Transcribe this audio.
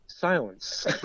silence